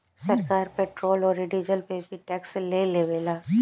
सरकार पेट्रोल औरी डीजल पर भी टैक्स ले लेवेला